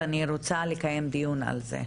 ואני רוצה לקיים דיון על זה,